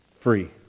Free